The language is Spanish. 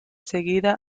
seguida